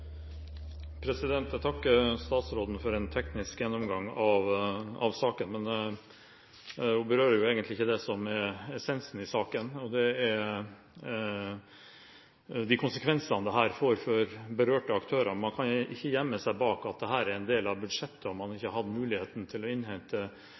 Jeg takker statsråden for en teknisk gjennomgang av saken, men hun berører jo egentlig ikke det som er essensen i den, og det er de konsekvensene dette får for berørte aktører. Man kan ikke gjemme seg bak at dette er en del av budsjettet, og at man